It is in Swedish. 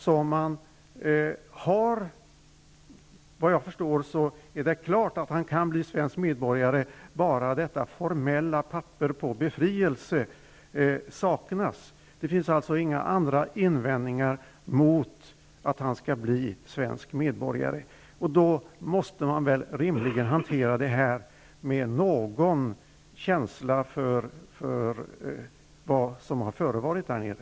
Såvitt jag förstår är det klart att den här mannen kan bli svensk medborgare. Det formella papper som säger att han befriats från sitt tidigare medborgarskap tycks vara det som nu fattas. Det finns alltså inga andra invändningar mot ett svenskt medborgarskap för den här personens del. Rimligen måste man väl hantera ärendet med åtminstone någon känsla för vad som har förevarit där nere.